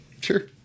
Sure